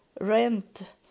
rent